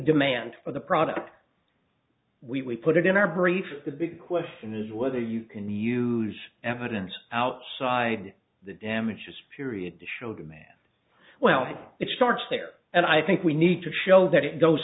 demand for the product we put it in our brief the big question is whether you can use evidence outside the damages period to show demand well it starts there and i think we need to show that it goes